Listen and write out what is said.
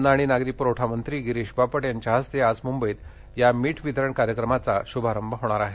अन्न नागरी प्रवठामंत्री गिरीश बापट यांच्या हस्ते आज मुंबईत मीठ वितरण कार्यक्रमाचा शुभारंभ होणार आहे